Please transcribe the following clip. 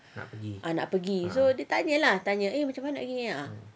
ah nak pergi so dia tanya lah tanya eh macam mana nak pergi